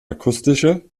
akustische